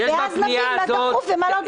ואז נבין מה דחוף ומה לא דחוף.